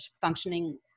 functioning